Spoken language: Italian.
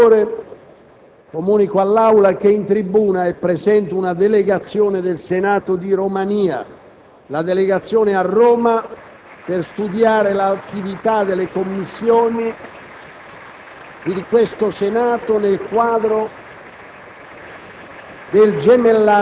finestra"). Comunico all'Aula che in tribuna è presente una delegazione del Senato di Romania. Tale delegazione è a Roma per studiare l'attività delle Commissioni di questo Senato nel quadro